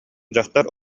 дьахтар